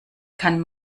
kann